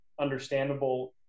understandable